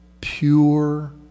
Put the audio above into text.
pure